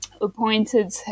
appointed